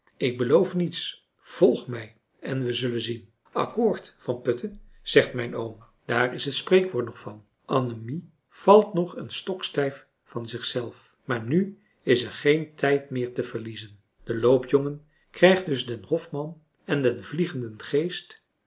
ik beloof niets volg mij en we zullen zien akkoord van putten zegt mijn oom daar is het spreekwoord nog van anfrançois haverschmidt familie en kennissen nemie valt nog eens stokstijf van zich zelf maar nu is er geen tijd meer te verliezen de loopjongen krijgt dus den hoffmann en den vliegenden geest